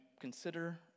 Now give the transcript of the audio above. consider